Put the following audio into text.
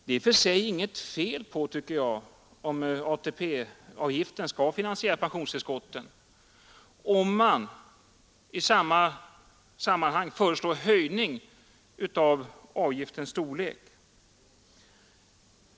Det är i och för sig inget fel, tycker jag — om ATP-avgiften skall finansiera pensionstillskotten — om man i samma sammanhang föreslår en ökning av avgiftens storlek.